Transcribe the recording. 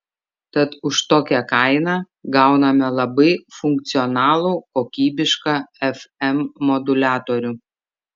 tad už tokią kainą gauname labai funkcionalų kokybišką fm moduliatorių